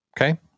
okay